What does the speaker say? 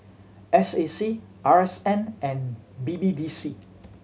S A C R S N and B B D C